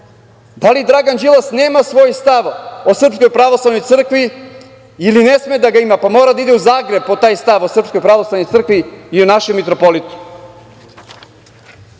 Da li Dragan Đilas nema svoj stav o Srpskoj pravoslavnoj crkvi ili ne sme da ga ima, pa mora da ide u Zagreb po taj stav o SPC i o našem mitropolitu? Gospodo,